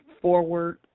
forward